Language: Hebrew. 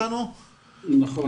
נכון.